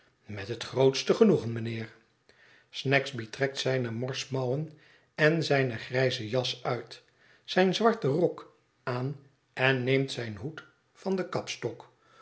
met het grootste genoegen mijnheer snagsby trekt zijne morsmouwen en zijne grijze jas uit zijn zwarten rok aan en neemt zijn hoed van den kapstok